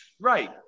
right